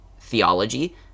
theology